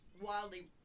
wildly